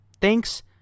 Thanks